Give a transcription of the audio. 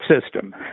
system